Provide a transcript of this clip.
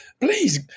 Please